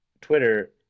Twitter